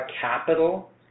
capital